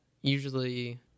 usually